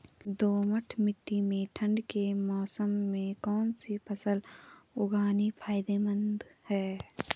दोमट्ट मिट्टी में ठंड के मौसम में कौन सी फसल उगानी फायदेमंद है?